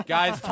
Guys